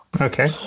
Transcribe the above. Okay